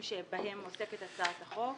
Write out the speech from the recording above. שבהם עוסקת הצעת החוק